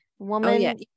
woman